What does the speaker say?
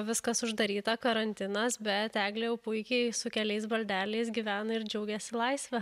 viskas uždaryta karantinas bet šglė jau puikiai su keliais baldeliais gyvena ir džiaugiasi laisve